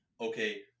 okay